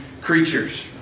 creatures